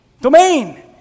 domain